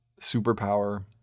superpower